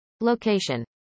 Location